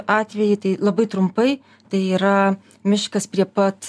atvejį tai labai trumpai tai yra miškas prie pat